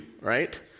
right